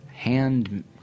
hand